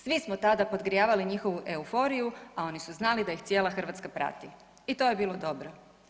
Svi smo tada podgrijavali njihovu euforiju, a oni su znali da ih cijela Hrvatska prati i to je bilo dobro.